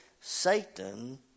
satan